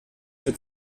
für